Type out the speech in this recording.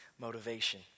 motivation